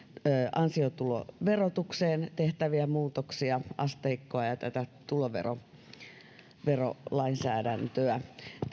ansiotuloverotukseen tehtäviä muutoksia asteikkoa ja tätä tuloverolainsäädäntöä